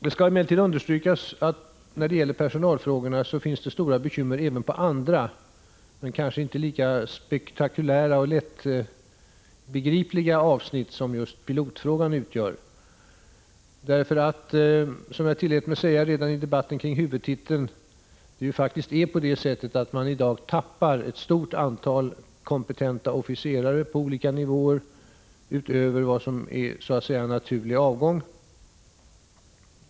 Det skall emellertid understrykas att det när det gäller personalfrågorna finns stora bekymmer även på andra men kanske inte lika spektakulära och lättbegripliga avsnitt som just pilotfrågan utgör. Som jag tillät mig säga redan i debatten om huvudtiteln tappar försvaret faktiskt redan i dag ett stort antal kompetenta officerare på olika nivåer utöver vad som är ”naturlig avgång”.